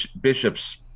bishop's